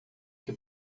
que